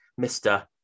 mr